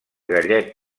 gallet